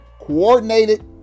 coordinated